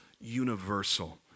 universal